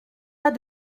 pas